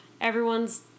Everyone's